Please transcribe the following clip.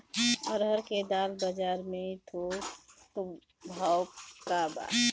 अरहर क दाल बजार में थोक भाव का बा?